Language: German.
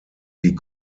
die